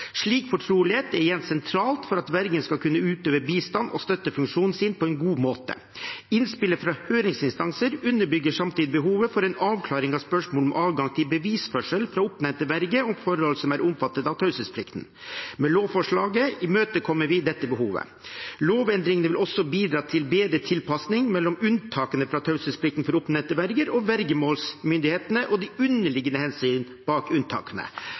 Slik fortrolighet er igjen sentralt for at vergen skal kunne utøve bistanden og støttefunksjonen på en god måte. Innspillet fra høringsinstanser underbygger samtidig behovet for en avklaring av spørsmålet om adgang til bevisførsel fra oppnevnt verge om forhold som er omfattet av taushetsplikten. Med lovforslaget imøtekommer vi dette behovet. Lovendringene vil også bidra til bedre tilpasning mellom unntakene fra taushetsplikten for oppnevnte verger og vergemålsmyndighetene og de underliggende hensyn bak unntakene.